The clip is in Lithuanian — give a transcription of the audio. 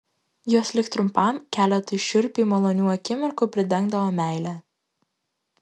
juos lik trumpam keletui šiurpiai malonių akimirkų pridengdavo meile